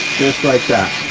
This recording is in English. like that,